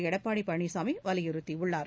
எடப்பாடி பழனிச்சாமி வலியுறுத்தியுள்ளார்